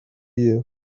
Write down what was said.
you